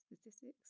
statistics